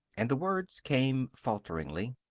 and the words came falteringly.